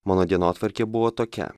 mano dienotvarkė buvo tokia